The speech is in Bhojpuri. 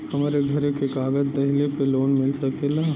हमरे घरे के कागज दहिले पे लोन मिल सकेला?